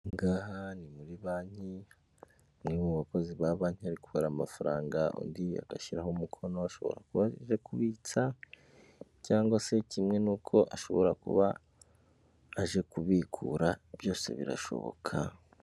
Aha ngaha ni muri banki, umwe mu bakozi ba banki ari kubara amafaranga, undi agashyiraho umukono, ashobora kuba aje kubitsa, cyangwa se kimwe ni uko ashobora kuba aje kubikura, byose birashoboka.